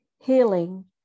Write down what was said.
healing